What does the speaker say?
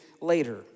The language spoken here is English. later